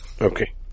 Okay